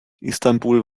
istanbul